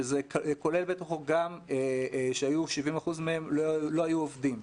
שזה כולל בתוכו ש-70% מהם לא היו עובדים.